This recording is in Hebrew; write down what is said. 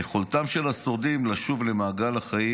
יכולתם של השורדים לשוב למעגל החיים,